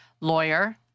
Lawyer